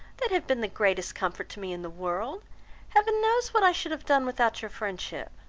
that have been the greatest comfort to me in the world heaven knows what i should have done without your friendship.